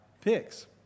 picks